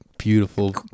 beautiful